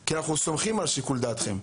כי אנחנו סומכים על שיקול דעתכם,